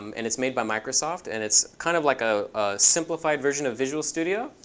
um and it's made by microsoft. and it's kind of like a simplified version of visual studio,